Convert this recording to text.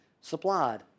supplied